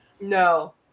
No